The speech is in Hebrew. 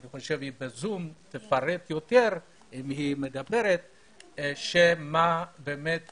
אני חושב שהיא ב-זום תוכל לפרט יותר ותאמר מה באמת עושים.